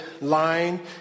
line